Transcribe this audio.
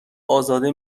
ازاده